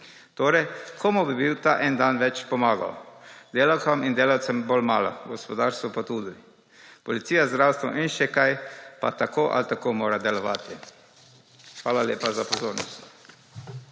Torej, komu bi ta en dan več pomagal? Delavkam in delavcem bolj malo, gospodarstvu pa tudi. Policija, zdravstvo in še kaj pa tako ali tako mora delovati. Hvala lepa za pozornost.